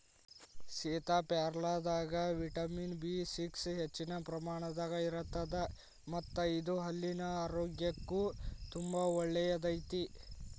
ಸೇತಾಪ್ಯಾರಲದಾಗ vitamin B six ಹೆಚ್ಚಿನ ಪ್ರಮಾಣದಾಗ ಇರತ್ತದ ಮತ್ತ ಇದು ಹಲ್ಲಿನ ಆರೋಗ್ಯಕ್ಕು ತುಂಬಾ ಒಳ್ಳೆಯದೈತಿ